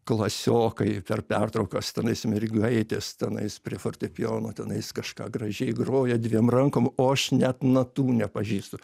klasiokai per pertraukas tenais mergaitės tenais prie fortepijono tenais kažką gražiai groja dviem rankom o aš net natų nepažįstu